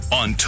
on